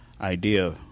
idea